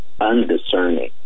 undiscerning